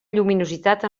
lluminositat